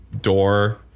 door –